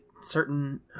Certain